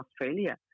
Australia